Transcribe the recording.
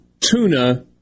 tuna